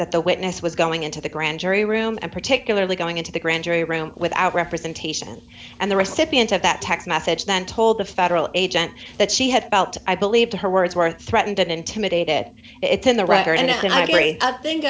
that the witness was going into the grand jury room and particularly going into the grand jury room without representation and the recipient of that text message then told the federal agent that she had about i believe her words were threatened and intimidated it in the writer and i